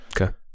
Okay